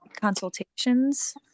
consultations